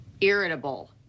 irritable